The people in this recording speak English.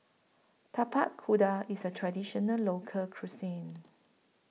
Tapak Kuda IS A Traditional Local Cuisine